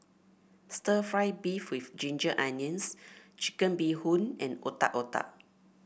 stir fry beef with Ginger Onions Chicken Bee Hoon and Otak Otak